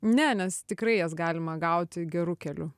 ne nes tikrai jas galima gauti geru keliu